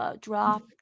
Drop